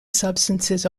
substances